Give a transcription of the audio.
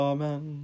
Amen